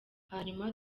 hanyuma